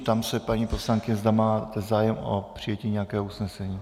Ptám se paní poslankyně, zda má zájem o přijetí nějakého usnesení.